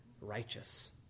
righteous